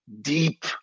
deep